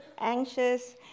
anxious